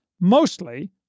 mostly